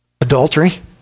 Adultery